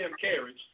carriage